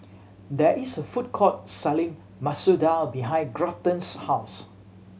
there is a food court selling Masoor Dal behind Grafton's house